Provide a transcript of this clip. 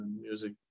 music